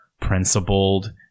principled